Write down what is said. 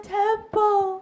temple